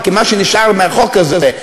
הארגונים הם פטריוטים לחברה הישראלית.